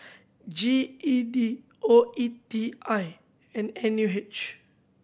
G E D O E T I and N U H